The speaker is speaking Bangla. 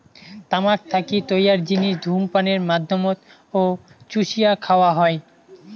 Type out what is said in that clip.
তামাক থাকি তৈয়ার জিনিস ধূমপানের মাধ্যমত ও চুষিয়া খাওয়া হয়